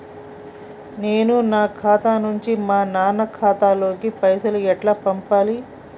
నేను నా ఖాతా నుంచి మా నాన్న ఖాతా లోకి పైసలు ఎలా పంపాలి?